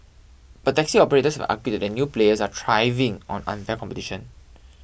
but taxi operators argued that the new players are thriving on unfair competition